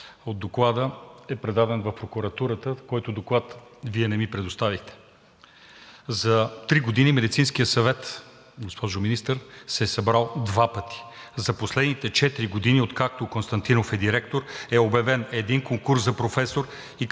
от доклада е предадено в прокуратурата, който доклад Вие не ми предоставихте. За три години Медицинският съвет, госпожо Министър, се е събрал два пъти. За последните четири години, откакто Константинов е директор, е обявен един конкурс за професор. Както